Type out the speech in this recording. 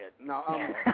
No